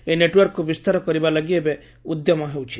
ଏହି ନେଟଓ୍ୱାର୍କକୁ ବିସ୍ତାର କରିବା ଲାଗି ଏବେ ଉଦ୍ୟମ ହେଉଛି